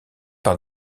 par